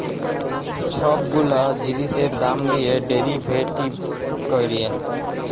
ছব গুলা জিলিসের দাম দিঁয়ে ডেরিভেটিভ ক্যরে